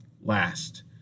last